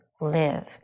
live